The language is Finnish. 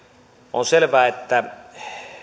on selvää että